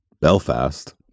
belfast